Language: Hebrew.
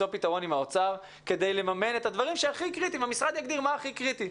פתרון עם האוצר כדי לממן את דברים הקריטיים והמשרד יגדיר מה הכי קריטי.